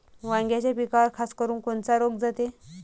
वांग्याच्या पिकावर खासकरुन कोनचा रोग जाते?